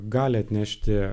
gali atnešti